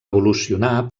evolucionar